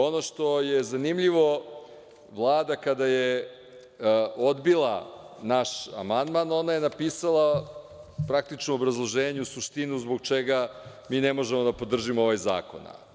Ono što je zanimljivo, Vlada kada je odbila naš amandman, ona je napisala praktično u obrazloženju suštinu zbog čega mi ne možemo da podržimo ovaj zakon.